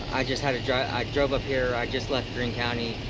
i just had to drive i drove up here i just left green county